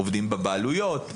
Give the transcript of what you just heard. עובדים בבעלויות,